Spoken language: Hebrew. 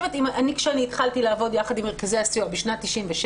כשאני התחלתי לעבוד יחד עם מרכזי הסיוע בשנת 1996,